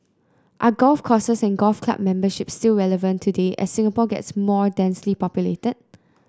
are golf courses and golf club memberships still relevant today as Singapore gets more densely populated